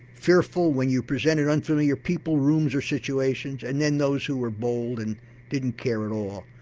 fearful when you presented unfamiliar people, rooms or situations, and then those who were bold and didn't care at all.